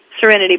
Serenity